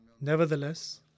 Nevertheless